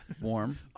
warm